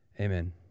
Amen